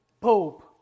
pope